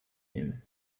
him